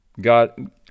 God